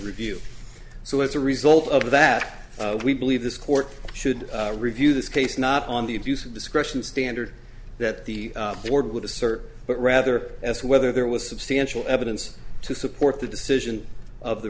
review so as a result of that we believe this court should review this case not on the abuse of discretion standard that the board would assert but rather as to whether there was substantial evidence to support the decision of the